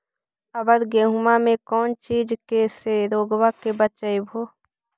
अबर गेहुमा मे कौन चीज के से रोग्बा के बचयभो?